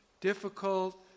difficult